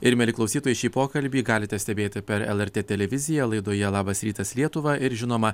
ir mieli klausytojai šį pokalbį galite stebėti per lrt televiziją laidoje labas rytas lietuva ir žinoma